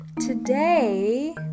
Today